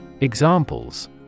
Examples